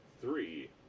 three